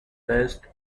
best